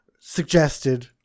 suggested